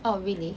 oh really